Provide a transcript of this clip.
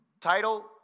title